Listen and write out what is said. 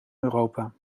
europa